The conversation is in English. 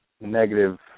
negative